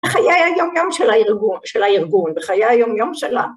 ‫חיי היום-יום של הארגון ‫וחיי היום-יום שלנו.